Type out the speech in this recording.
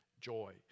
joy